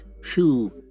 Shoe